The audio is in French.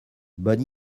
bonne